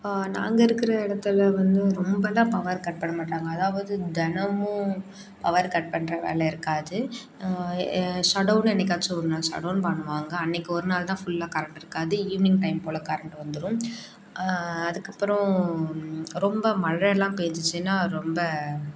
நாங்கள் இருக்கிற இடத்துல வந்து ரொம்பலாம் பவர் கட் பண்ண மாட்டாங்க அதாவது தினமும் பவர் கட் பண்ணுற வேலை இருக்காது ஷட்டௌனு என்றைக்காச்சும் ஒரு நாள் ஷட்டௌன் பண்ணுவாங்க அன்னைக்கி ஒரு நாள் தான் ஃபுல்லாக கரண்ட் இருக்காது ஈவினிங் டைம் போல் கரண்ட் வந்துடும் அதுக்கப்பறம் ரொம்ப மழை எல்லாம் பேய்ஞ்சிச்சினா ரொம்ப